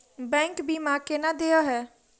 Bank बीमा केना देय है?